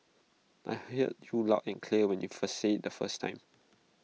I heard you loud and clear when you first said IT the first time